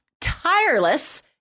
tireless